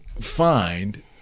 find